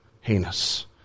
heinous